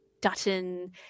Dutton